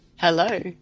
Hello